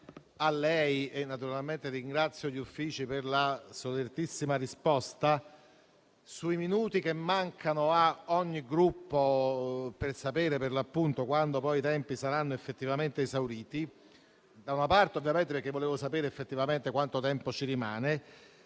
a lei - e naturalmente ringrazio gli Uffici per la solertissima risposta - sui minuti che mancano a ogni Gruppo per sapere perlappunto quando poi i tempi saranno esauriti: da una parte perché volevo sapere effettivamente quanto tempo ci rimane